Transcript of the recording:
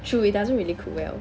true it doesn't really cook well